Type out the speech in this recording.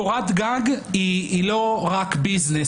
קורת גג היא לא רק ביזנס,